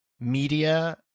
media